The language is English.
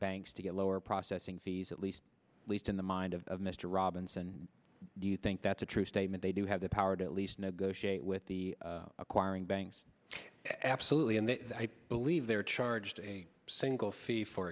banks to get lower processing fees at least least in the mind of mr robinson do you think that's a true statement they do have the power to at least negotiate with the acquiring banks absolutely and they believe they're charged a single fee for